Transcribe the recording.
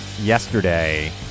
yesterday